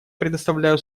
предоставляю